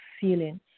feeling